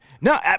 No